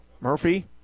Murphy